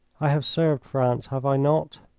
i have served france, have i not?